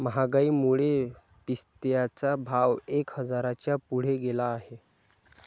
महागाईमुळे पिस्त्याचा भाव एक हजाराच्या पुढे गेला आहे